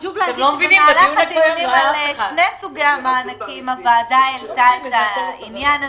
במהלך הדיונים על שני סוגי המענקים הוועדה העלתה את העניין הזה,